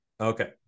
Okay